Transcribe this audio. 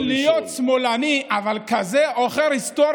יש הבדל בין להיות שמאלני, אבל כזה עוכר היסטוריה?